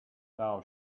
now